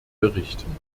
berichten